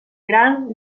gran